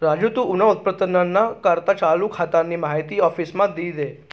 राजू तू तुना उत्पन्नना करता चालू खातानी माहिती आफिसमा दी दे